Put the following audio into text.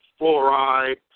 fluoride